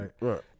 right